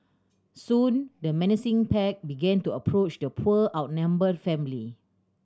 soon the menacing pack began to approach the poor outnumbered family